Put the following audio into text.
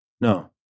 no